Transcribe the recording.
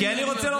אני יודע,